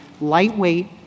lightweight